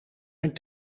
mijn